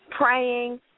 Praying